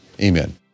amen